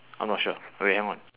I'm not sure okay hang on